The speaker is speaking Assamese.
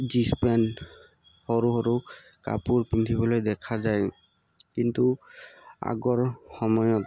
জীন্ছ পেণ্ট সৰু সৰু কাপোৰ পিন্ধিবলৈ দেখা যায় কিন্তু আগৰ সময়ত